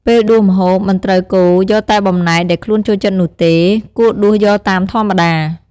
ពេលដួសម្ហូប មិនត្រូវកូរយកតែបំណែកដែលខ្លួនចូលចិត្តនោះទេ គួរដួសយកតាមធម្មតា។